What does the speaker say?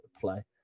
play